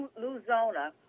Luzona